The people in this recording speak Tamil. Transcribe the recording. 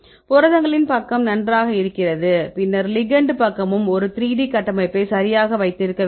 புரதங்களின் பக்கம் நன்றாக இருக்கிறது பின்னர் லிகெண்ட் பக்கமும் ஒரு 3D கட்டமைப்பை சரியாக வைத்திருக்க வேண்டும்